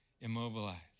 immobilized